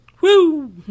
Woo